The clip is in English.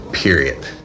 Period